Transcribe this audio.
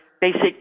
basic